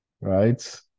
right